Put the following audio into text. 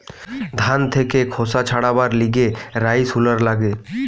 ধান থেকে খোসা ছাড়াবার লিগে রাইস হুলার লাগে